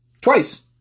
Twice